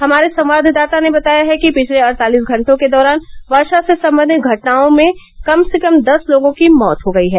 हमारे संवाददाता ने बताया है कि पिछले अड़तालिस घंटों के दौरान वर्षा से संबंधित घटनाओं में कम से कम दस लोगों की मौत हो गई है